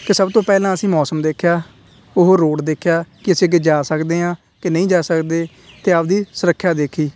ਕਿ ਸਭ ਤੋਂ ਪਹਿਲਾਂ ਅਸੀਂ ਮੌਸਮ ਦੇਖਿਆ ਉਹ ਰੋਡ ਦੇਖਿਆ ਕਿ ਅਸੀਂ ਅੱਗੇ ਜਾ ਸਕਦੇ ਹਾਂ ਕਿ ਨਹੀਂ ਜਾ ਸਕਦੇ ਅਤੇ ਆਪਦੀ ਸੁਰੱਖਿਆ ਦੇਖੀ